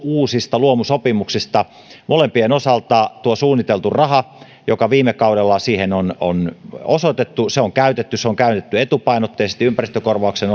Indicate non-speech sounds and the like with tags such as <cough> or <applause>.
uusista luomusopimuksista molempien osalta tuo suunniteltu raha joka viime kaudella siihen on on osoitettu on käytetty se on käytetty etupainotteisesti ympäristökorvauksen <unintelligible>